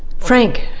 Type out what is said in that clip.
frank,